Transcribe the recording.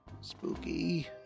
Spooky